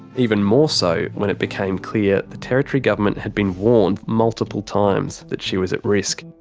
even more so when it became clear the territory government had been warned multiple times that she was at risk.